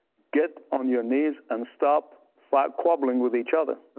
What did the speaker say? get on your knees and stop stop squabbling with each other.